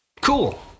cool